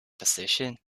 position